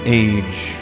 age